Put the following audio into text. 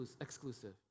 exclusive